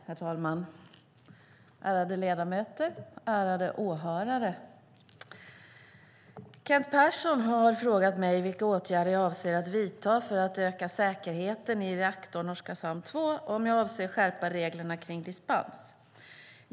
Herr talman! Ärade ledamöter! Ärade åhörare! Kent Persson har frågat mig vilka åtgärder jag avser att vidta för att öka säkerheten i reaktorn Oskarshamn 2 och om jag avser att skärpa reglerna kring dispens.